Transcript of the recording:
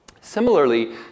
Similarly